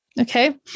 Okay